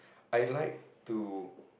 I like to